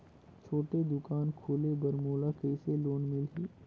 छोटे दुकान खोले बर मोला कइसे लोन मिलही?